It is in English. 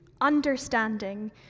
understanding